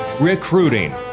recruiting